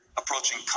approaching